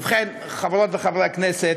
ובכן, חברות וחברי הכנסת,